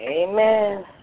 Amen